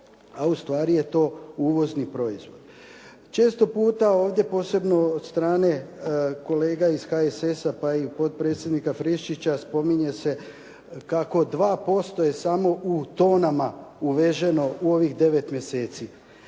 a ustvari je to uvozni proizvod. Često puta ovdje posebno od strane kolega iz HSS-a pa i potpredsjednika Friščića spominje se kako 2% je samo u tonama uveženo u ovih 9 mjeseci.